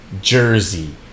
Jersey